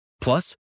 Plus